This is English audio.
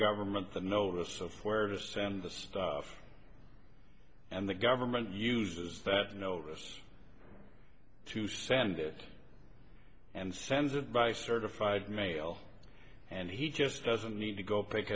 government the notice of where to send the stuff and the government uses that notice to send it and send it by certified mail and he just doesn't need to go pick